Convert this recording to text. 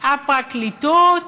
הפרקליטות,